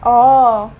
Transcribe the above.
orh